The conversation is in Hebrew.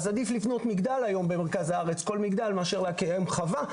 אז עדיף לבנות מגדל במרכז הארץ במקום להקים חווה.